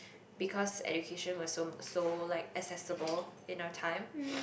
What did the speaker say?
because education was so so like accessible in our time